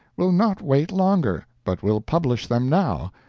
will not wait longer, but will publish them now,